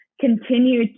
continue